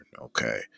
Okay